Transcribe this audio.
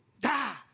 die